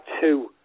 two